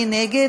מי נגד?